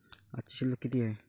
आजची शिल्लक किती हाय?